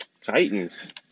Titans